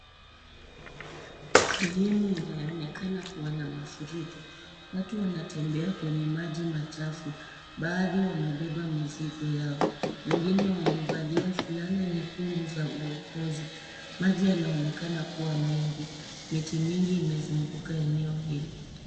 Sehemu inayoonekana kuwa na mafuriko. Watu wanatembea kwenye maji machafu. Baadhi wamebeba mizigo yao engine wamevalia fulana nyekundu za uokozi, Maji yanaonekana kuwa mengi. Miti mingi imezunguka eneo hili.